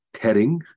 heading